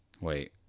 Wait